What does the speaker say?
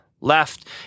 left